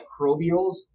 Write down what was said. microbials